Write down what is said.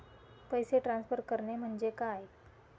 पैसे ट्रान्सफर करणे म्हणजे काय?